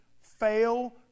fail